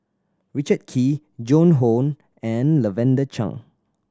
Richard Kee Joan Hon and Lavender Chang